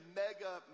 mega